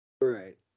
Right